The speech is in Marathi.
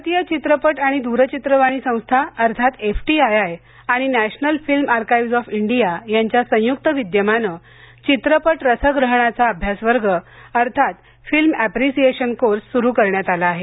भारतीय चित्रपट आणि दूरचित्रवाणी संस्था अर्थात एफटीआयआय आणि national film archive of India यांच्या संयुक्त विद्यमाने चित्रपट रसग्रहणाचा अभ्यासवर्ग अर्थात फिल्म अप्रिसिएशन कोर्स सुरू करण्यात आला आहे